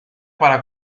para